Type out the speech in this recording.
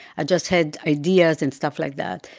i just had ideas and stuff like that.